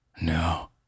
No